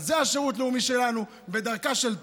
אז זה השירות הלאומי שלנו ודרכה של תורה.